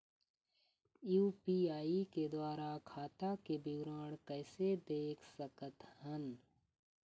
UPI के द्वारा खाता के विवरण कैसे देख सकत हन?